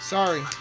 Sorry